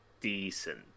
Decent